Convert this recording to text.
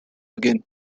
again